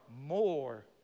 more